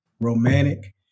romantic